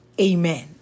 Amen